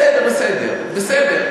בסדר, בסדר.